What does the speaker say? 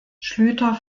schlüter